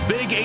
Big